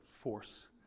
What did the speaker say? force